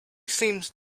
seems